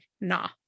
nah